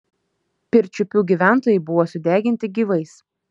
pirčiupių gyventojai buvo sudeginti gyvais